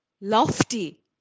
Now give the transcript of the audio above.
Lofty